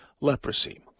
leprosy